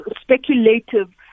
speculative